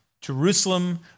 Jerusalem